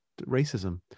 racism